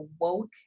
woke